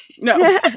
No